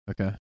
okay